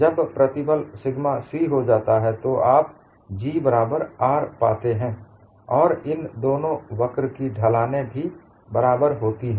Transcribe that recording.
जब प्रतिबल sigma c हो जाता है तो आप G बराबर R पाते हैं और इन दोनों वक्र की ढलानें भी बराबर होती है